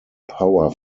power